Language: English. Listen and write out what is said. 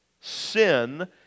sin